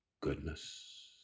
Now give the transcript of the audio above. goodness